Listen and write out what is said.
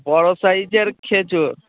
বড় সাইজের খেজুর